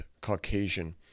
Caucasian